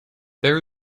there